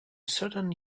certain